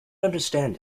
understand